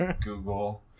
Google